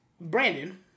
Brandon